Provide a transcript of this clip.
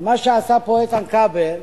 ומה שעשה כאן איתן כבל,